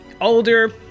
older